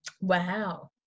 Wow